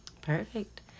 Perfect